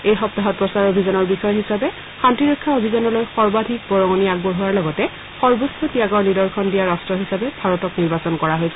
এই সপ্তাহত প্ৰচাৰ অভিযানৰ বিষয় হিচাবে শান্তিৰক্ষা অভিযানলৈ সৰ্বাধিক বৰঙণি আগবঢ়োৱাৰ লগতে সৰ্বোচ্চ ত্যাগৰ নিদৰ্শন দিয়া ৰাট্ট হিচাপে ভাৰতক নিৰ্বাচন কৰা হৈছে